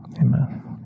amen